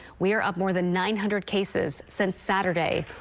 we're up more than nine hundred cases since saturday.